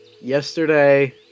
yesterday